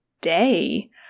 day